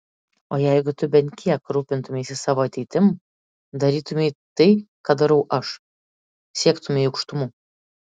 o jeigu tu bent kiek rūpintumeisi savo ateitim darytumei tai ką darau aš siektumei aukštumų